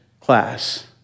class